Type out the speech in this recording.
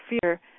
fear